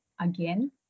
again